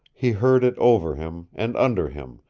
he heard it over him, and under him,